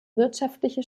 wirtschaftliche